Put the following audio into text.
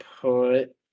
put